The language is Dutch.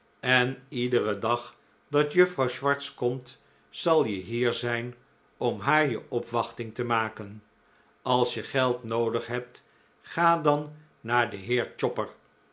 en iederen dag dat juffrouw swartz komt zal je hier zijn om haar je opwachting te maken als je geld noodig hebt ga dan naar den heer chopper